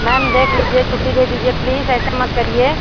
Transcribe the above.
ma'am देख लीजिए छुट्टी दे दीजिए प्लीज ऐसे मत करिए